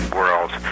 world